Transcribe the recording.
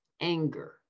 anger